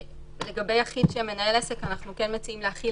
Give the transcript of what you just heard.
לגבי יחיד שמנהל עסק אנחנו כן מציעים להחיל